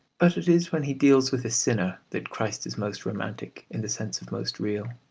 but it is when he deals with a sinner that christ is most romantic, in the sense of most real.